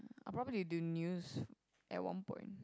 ah probably they do news at one point